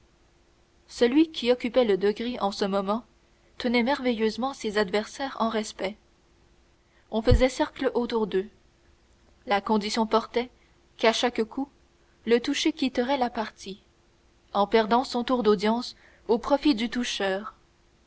celui qui occupait le degré en ce moment tenait merveilleusement ses adversaires en respect on faisait cercle autour d'eux la condition portait qu'à chaque coup le touché quitterait la partie en perdant son tour d'audience au profit du